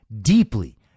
deeply